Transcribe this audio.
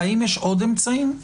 האם יש עוד אמצעים?